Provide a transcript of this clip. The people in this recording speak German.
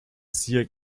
siehe